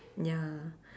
ya